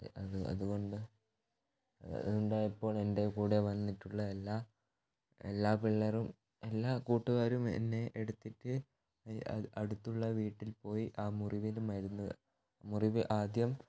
അത് അതുകൊണ്ട് അത് ഉണ്ടായപ്പോൾ എൻ്റെ കൂടെ വന്നിട്ടുള്ള എല്ലാ എല്ലാ പിള്ളേരും എല്ലാ കൂട്ടുകാരും എന്നെ എടുത്തിട്ട് അടുത്തുള്ള വീട്ടിൽ പോയി ആ മുറിവിൽ മരുന്ന് മുറിവ് ആദ്യം